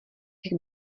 jak